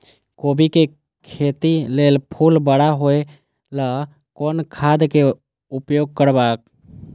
कोबी के खेती लेल फुल बड़ा होय ल कोन खाद के उपयोग करब?